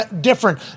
different